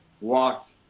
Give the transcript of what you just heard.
walked